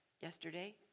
yesterday